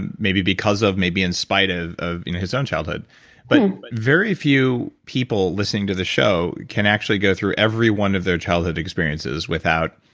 and maybe because of, maybe in spite of, his own childhood but very few people listening to this show can actually go through every one of their childhood experiences without